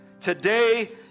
today